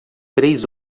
três